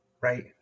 right